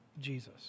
Jesus